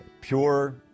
Pure